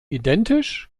identisch